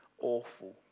awful